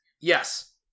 Yes